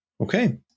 okay